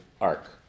arc